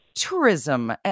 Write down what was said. tourism